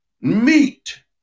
meat